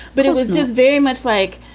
but it was just very much like,